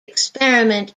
experiment